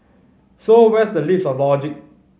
so where's the leaps of logic